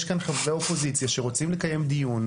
כאן חברי אופוזיציה שרוצים לקיים דיון,